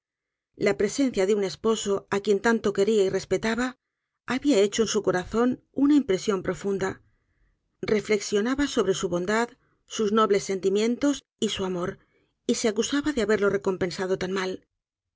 la presencia de un esposo á quien tanto queria y respetaba habia hecho en su corazón una impresión profunda reflexionaba sobre su bondad sus nobles sentimientos y su amor y se acusaba de haberlo recompensado tan mal